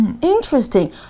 Interesting